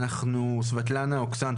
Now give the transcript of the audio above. סבטלנה אוקסן,